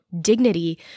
dignity